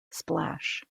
splash